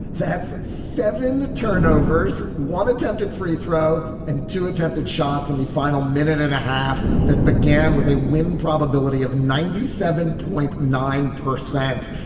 that's seven turnovers. one attempted free throw and two attempted shots in the final minute and a half that began with a win probability of ninety seven point nine percent.